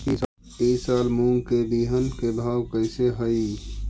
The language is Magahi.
ई साल मूंग के बिहन के भाव कैसे हई?